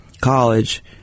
college